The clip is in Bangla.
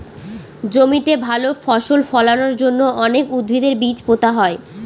জমিতে ভালো ফসল ফলানোর জন্য অনেক উদ্ভিদের বীজ পোতা হয়